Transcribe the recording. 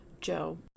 Joe